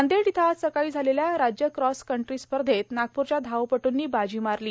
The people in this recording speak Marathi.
नांदेड इथं आज सकाळी झालेल्या राज्य क्रॉसकंट्री स्पर्धेत नागपूरच्या धावपटूंनी बाजी मारली